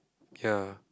ya